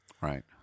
right